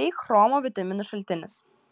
bei chromo vitaminų šaltinis